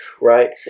right